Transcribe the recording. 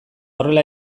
horrela